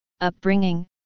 upbringing